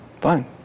fine